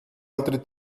altri